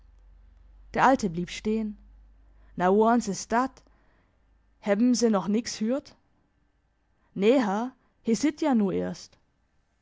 der alte blieb stehen na woans is dat hebben se noch nix hürt ne herr he sitt ja nu erst